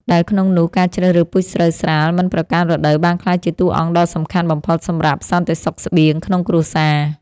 ដែលក្នុងនោះការជ្រើសរើសពូជស្រូវស្រាលមិនប្រកាន់រដូវបានក្លាយជាតួអង្គដ៏សំខាន់បំផុតសម្រាប់សន្តិសុខស្បៀងក្នុងគ្រួសារ។